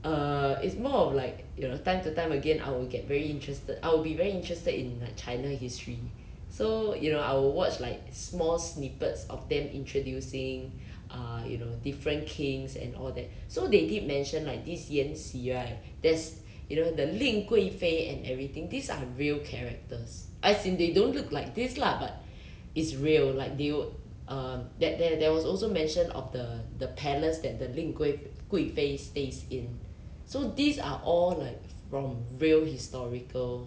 err it's more of like you know time to time again I will get very interested I will be very interested in like china history so you know I will watch like small snippets of them introducing uh you know different kings and all that so they did mention like this 延禧 right there's you know the 凌贵妃 and everything these are real characters as in they don't look like this lah but it's real like they will uh that there there was also mention of the the palace that the 凌贵凌贵妃 stays in so these are all like from real historical